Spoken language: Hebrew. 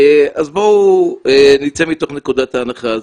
אז בואו נצא מתוך נקודת ההנחה הזאת.